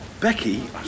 Becky